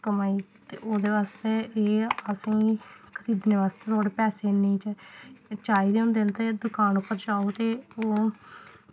कमाई ते ओह्दे बास्तै एह् असेंगी खरीदने बास्तै थोह्ड़े पैसे चाहिदे होंदे न ते दकान उप्पर जाओ ते ओह्